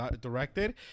directed